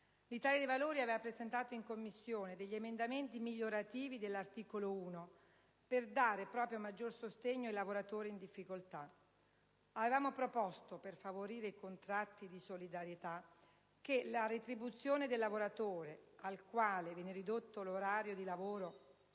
L'Italia dei Valori aveva presentato in Commissione emendamenti migliorativi dell'articolo 1, proprio per dare maggior sostegno ai lavoratori in difficoltà. Avevamo proposto, per favorire i contratti di solidarietà, che la retribuzione del lavoratore al quale viene ridotto l'orario di lavoro